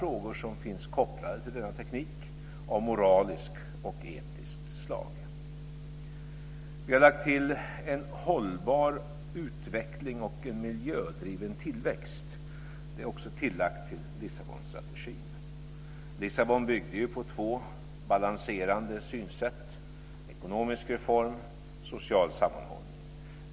Det är också tillagt till Lissabonstrategin. Den bygger på två balanserande synsätt: ekonomisk reform och social sammanhållning.